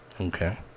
okay